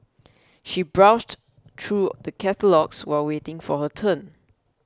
she browsed through the catalogues while waiting for her turn